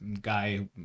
guy